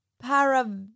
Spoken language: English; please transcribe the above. para